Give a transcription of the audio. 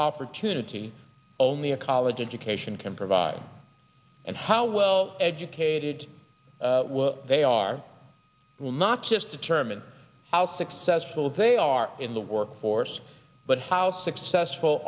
opportunity only a college education can provide and how well educated they are will not just determine how successful they are in the workforce but how successful